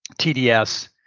TDS